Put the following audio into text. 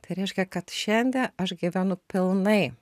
tai reiškia kad šiandie aš gyvenu pilnai